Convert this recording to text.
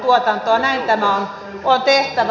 näin tämä on tehtävä